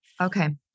Okay